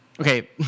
Okay